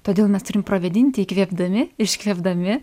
todėl mes turim pravėdinti įkvėpdami iškvėpdami